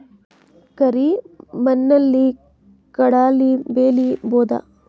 ಕರಿ ಮಣ್ಣಲಿ ಕಡಲಿ ಬೆಳಿ ಬೋದ?